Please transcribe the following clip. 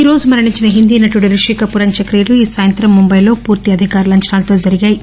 ఈరోజు మరణించిన హింది నటుడు రిషి కపూర్ అంత్యక్రియలు ఈ సాయంత్రం ముంబైలో పూర్తి అధికార లంచనాలతో జరిగాయి